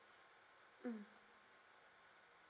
mm